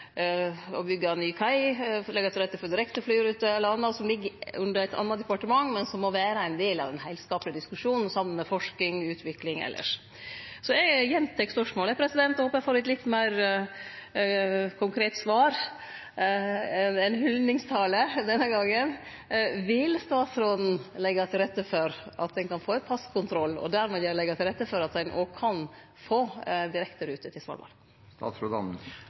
å byggje ny kai, leggje til rette for direktefly-ruter eller anna som ligg under eit anna departement, men som må vere ein del av den heilskaplege diskusjonen, saman med forsking, utvikling osv. Så eg gjentek spørsmålet og håpar eg får eit litt meir konkret svar enn ein hyllingstale denne gongen: Vil statsråden leggje til rette for at ein kan få ein passkontroll og dermed leggje til rette for at ein òg kan få direkterute til